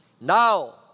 now